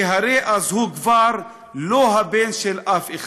כי הרי אז הוא כבר לא הבן של אף אחד.